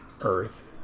earth